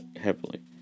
heavily